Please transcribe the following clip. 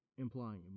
implying